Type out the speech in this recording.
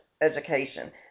education